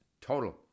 total